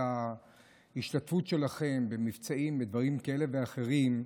בלהט ההשתתפות שלכם במבצעים ובדברים כאלה ואחרים אנחנו,